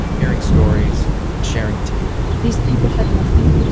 hearing stories and sharing tea these people had nothing,